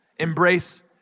embrace